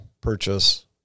purchase